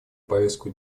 повестку